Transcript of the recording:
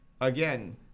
Again